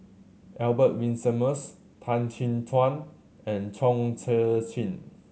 Albert Winsemius Tan Chin Tuan and Chong Tze Chien